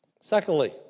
Secondly